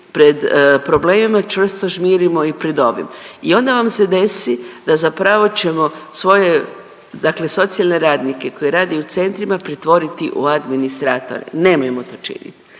pred problemima čvrsto žmirimo i pred ovim. I onda vam se desi da zapravo ćemo svoje, dakle socijalne radnike koji rade u centrima pretvoriti u administratore. Nemojmo to činiti,